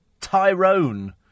Tyrone